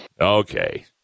Okay